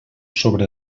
sobre